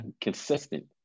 consistent